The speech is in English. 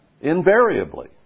invariably